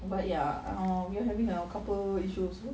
but ya we're having a couple issues